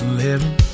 living